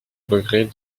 regret